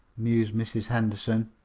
mused mrs. henderson.